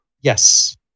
Yes